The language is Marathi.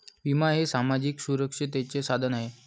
विमा हे सामाजिक सुरक्षिततेचे साधन आहे